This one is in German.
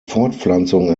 fortpflanzung